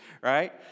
right